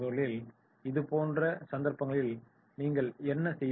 எனவே இதுபோன்ற சந்தர்ப்பங்களில் நீங்கள் என்ன செய்வீர்கள்